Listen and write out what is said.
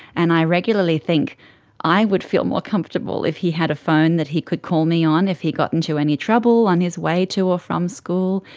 and i regularly think i would feel more comfortable if he had a phone that he could call me on if he got into any trouble on his way to or from school,